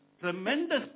tremendous